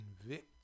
convict